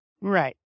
Right